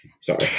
Sorry